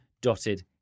dotted